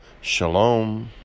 Shalom